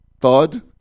third